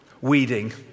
weeding